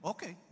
Okay